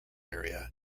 area